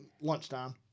lunchtime